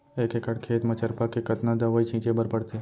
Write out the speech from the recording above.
एक एकड़ खेत म चरपा के कतना दवई छिंचे बर पड़थे?